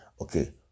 okay